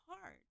hard